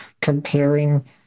comparing